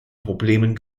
problemen